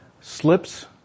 slips